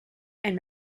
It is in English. and